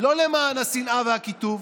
לא למען השנאה והקיטוב.